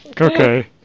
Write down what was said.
Okay